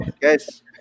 guys